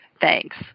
Thanks